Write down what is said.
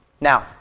Now